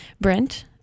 Brent